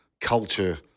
culture –